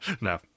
No